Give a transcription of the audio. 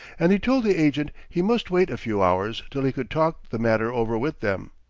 and he told the agent he must wait a few hours till he could talk the matter over with them.